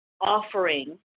offering